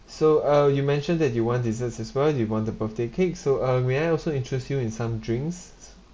so uh you mentioned that you want desserts as well you want the birthday cake so uh may I also interest you in some drinks